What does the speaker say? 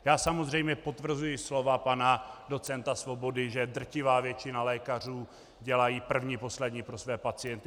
Já samozřejmě potvrzuji slova pana docenta Svobody, že drtivá většina lékařů dělá první poslední pro své pacienty.